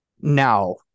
Now